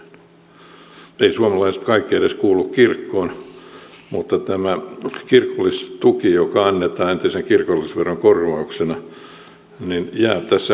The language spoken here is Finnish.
eivät suomalaiset kaikki edes kuulu kirkkoon mutta tämä kirkollistuki joka annetaan entisen kirkollisveron korvauksena jää tässä mietityttämään